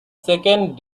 second